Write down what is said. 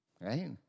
right